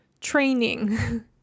training